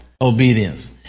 obedience